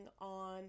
on